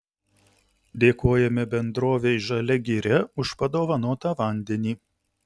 dėkojame bendrovei žalia giria už padovanotą vandenį